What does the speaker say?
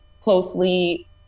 closely